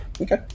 Okay